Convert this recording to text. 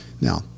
Now